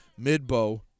Midbow